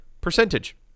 percentage